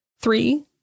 Three